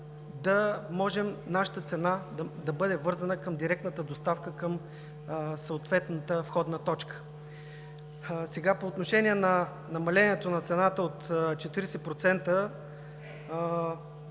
да може нашата цена да бъде вързана към директната доставка, към съответната входна точка. По отношение намалението на цената от 40%.